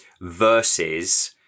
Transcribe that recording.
versus